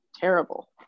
terrible